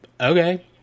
okay